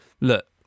look